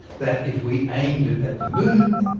that if we aimed it at the moon,